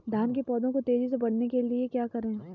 धान के पौधे को तेजी से बढ़ाने के लिए क्या करें?